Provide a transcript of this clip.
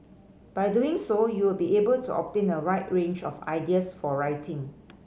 by doing so you will be able to obtain a wide range of ideas for writing